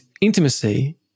intimacy